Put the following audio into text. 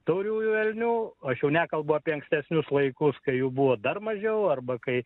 tauriųjų elnių aš jau nekalbu apie ankstesnius laikus kai jų buvo dar mažiau arba kai